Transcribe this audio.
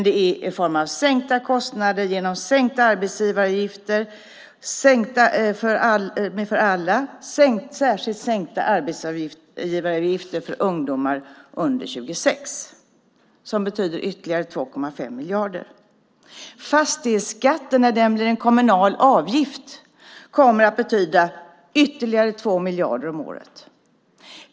Det är i form av sänkta kostnader genom sänkta arbetsgivaravgifter, som är sänkta för alla, och särskilt sänkta arbetsgivaravgifter för ungdomar under 26 år, som betyder ytterligare 2,5 miljarder. När fastighetsskatten blir en kommunal avgift kommer det att betyda ytterligare 2 miljarder om året.